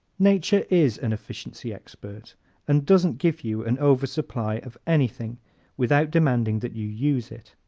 nature is an efficiency expert and doesn't give you an oversupply of anything without demanding that you use it.